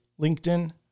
LinkedIn